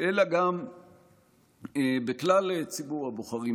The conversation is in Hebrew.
אלא גם בכלל ציבור הבוחרים,